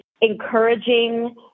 encouraging